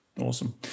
Awesome